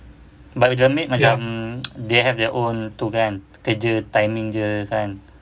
but if the maid macam they have their own tu kan kerja timing dia kan